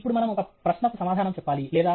ఇప్పుడు మనం ఒక ప్రశ్నకు సమాధానం చెప్పాలి లేదా